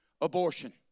abortion